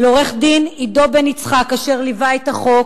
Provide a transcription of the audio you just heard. לעורך-דין עידו בן-יצחק, אשר ליווה את החוק,